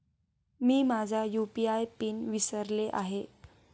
मी माझा UPI PIN विसरले आहे